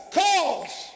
cause